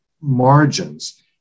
margins